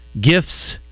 gifts